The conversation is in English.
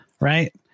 Right